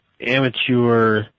amateur